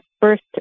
first